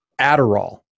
Adderall